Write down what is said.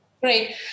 great